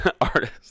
artist